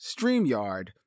Streamyard